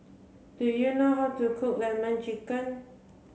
do you know how to cook lemon chicken